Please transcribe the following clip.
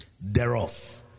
Thereof